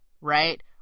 right